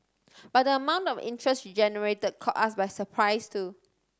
but the amount of interest she generated caught us by surprise too